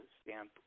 stamp